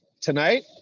tonight